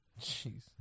Jeez